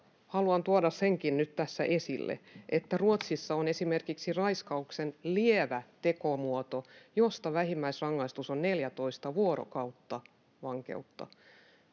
haluan tuoda senkin nyt tässä esille, että Ruotsissa on esimerkiksi raiskauksen lievä tekomuoto, josta vähimmäisrangaistus on 14 vuorokautta vankeutta.